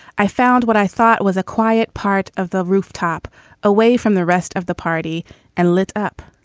i found what i thought was a quiet part of the rooftop away from the rest of the party and lit up.